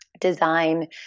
design